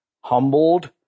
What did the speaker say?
humbled